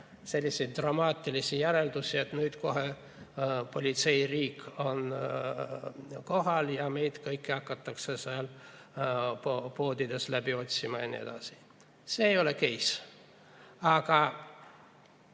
selliseid dramaatilisi järeldusi, et nüüd on kohe politseiriik kohal ja meid kõiki hakatakse poodides läbi otsima ja nii edasi. See ei olecase. Aga